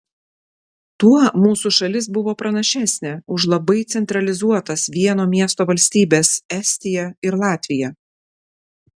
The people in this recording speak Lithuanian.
tuo mūsų šalis buvo pranašesnė už labai centralizuotas vieno miesto valstybes estiją ir latviją